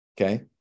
Okay